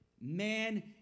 man